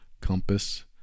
compass